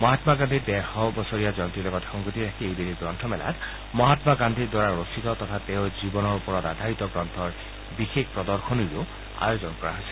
মহাম্মা গান্ধীৰ ডেৰশ বছৰীয়া জয়ন্তীৰ লগত সংগতি ৰাখি এইবেলি গ্ৰন্থমেলাত মহাম্মা গান্ধীৰ দ্বাৰা ৰচিত তথা তেওঁৰ জীৱনৰ ওপৰত আধাৰিত গ্ৰন্থৰ বিশেষ প্ৰদশনিৰো আয়োজন কৰা হৈছে